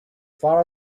far